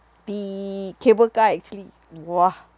the cable car actually !wah!